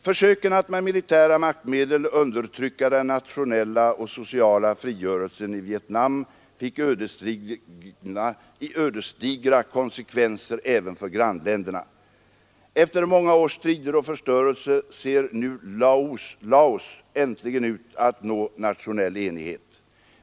Försöken att med militära maktmedel undertrycka den nationella och sociala frigörelsen i Vietnam fick ödesdigra konsekvenser även för grannländerna. Efter många års strider och förstörelse ser nu Laos äntligen ut att nå nationell enighet.